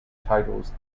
titles